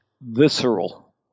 visceral